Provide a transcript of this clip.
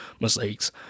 mistakes